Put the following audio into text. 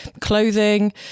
clothing